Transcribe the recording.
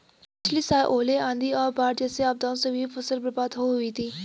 पिछली साल ओले, आंधी और बाढ़ जैसी आपदाओं से भी फसल बर्बाद हो हुई थी